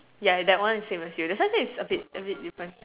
ya that one is same as you the same thing is a bit a bit different